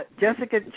Jessica